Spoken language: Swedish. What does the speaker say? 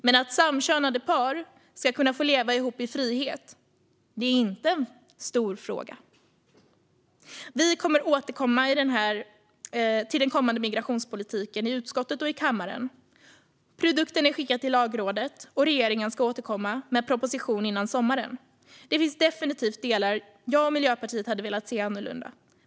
Men att samkönade par ska kunna få leva ihop i frihet är inte en stor fråga. Vi kommer att återkomma till den kommande migrationspolitiken i utskottet och i kammaren. Produkten är skickad till Lagrådet, och regeringen ska återkomma med en proposition före sommaren. Det finns definitivt delar som jag och Miljöpartiet hade velat se annorlunda.